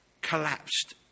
collapsed